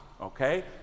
okay